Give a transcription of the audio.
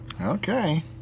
Okay